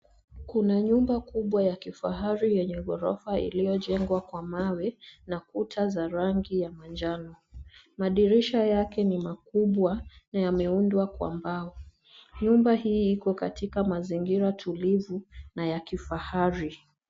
Kuna nyumba kubwa ya kifahari yenye ghorofa iliyojengwa kwa mawe na kuta za rangi ya manjano. Madirisha yake ni makubwa na yameundwa kwa mbao. Nyumba hii iko katika mazingira tulivu na ya kifahari.